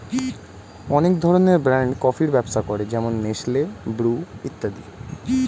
অনেক ধরনের ব্র্যান্ড কফির ব্যবসা করে যেমন নেসলে, ব্রু ইত্যাদি